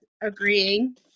agreeing